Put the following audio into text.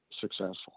successful